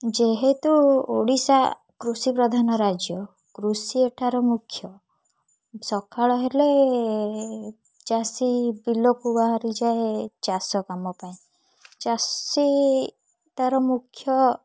ଯେହେତୁ ଓଡ଼ିଶା କୃଷି ପ୍ରଧାନ ରାଜ୍ୟ କୃଷି ଏଠାର ମୁଖ୍ୟ ସକାଳ ହେଲେ ଚାଷୀ ବିଲକୁ ବାହାରି ଯାଏ ଚାଷ କାମ ପାଇଁ ଚାଷୀ ତା'ର ମୁଖ୍ୟ